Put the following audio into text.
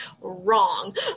wrong